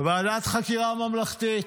ועדת חקירה ממלכתית.